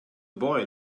boy